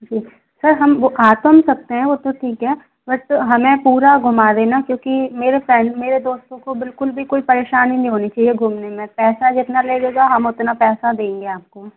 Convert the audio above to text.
जी sir हम वह आ तो हम सकते हैं वह तो ठीक है बट हमें पूरा घुमा देना क्योंकि देना मेरे फैन मेरे दोस्तों को बिल्कुल भी कोई परेशानी नहीं होनी चाहिए घूमने में पैसा जितना लगेगा हम उतना पैसा देंगे आपको